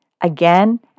again